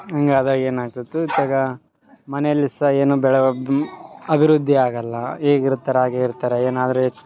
ಹಂಗೆ ಆದಾಗ ಏನಾಗ್ತೀತು ಜಗ ಮನೇಲು ಸಾ ಏನು ಬೆಳವ ಅಭಿವೃದ್ಧಿಯಾಗಲ್ಲ ಹೇಗಿರ್ತಾರೆ ಹಾಗೇ ಇರ್ತಾರೆ ಏನಾದರು ಹೆಚ್ಚು